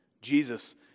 Jesus